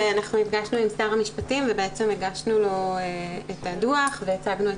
נפגשנו עם שר המשפטים והגשנו לו את הדו"ח והצגנו את